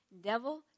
devil